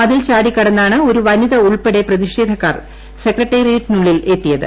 മതിൽ ചാടിക്കടന്നാണ് ഒരു വനിത ഉൾപ്പെടെയുള്ള പ്രതിഷേധക്കാർ സെക്രട്ടേറിയറ്റിനുള്ളിൽ എത്തിയത്